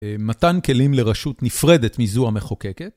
מתן כלים לרשות נפרדת מזו המחוקקת.